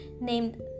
named